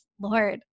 Lord